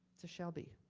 to shelby,